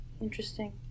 Interesting